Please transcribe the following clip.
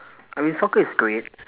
I mean soccer is great